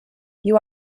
you